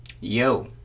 yo